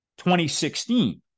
2016